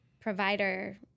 provider